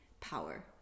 power